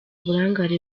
burangare